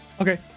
Okay